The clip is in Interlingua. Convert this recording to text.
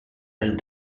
del